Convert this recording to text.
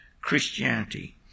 Christianity